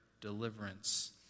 deliverance